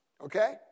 Okay